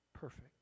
perfect